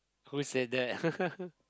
who said that